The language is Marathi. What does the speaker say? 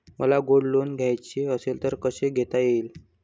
मला गोल्ड लोन घ्यायचे असेल तर कसे घेता येईल?